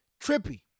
Trippy